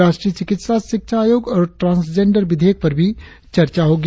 राष्ट्रीय चिकित्सा शिक्षा आयोग और ट्रांसजैंडर विधेयक पर भी चर्चा होगी